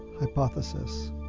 hypothesis